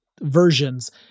versions